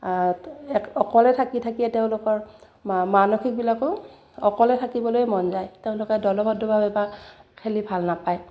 অকলে থাকি থাকিয়ে তেওঁলোকৰ মানসিকবিলাকো অকলেই থাকিবলৈ মন যায় তেওঁলোকে দলবদ্ধভাৱে বা খেলি ভাল নাপায়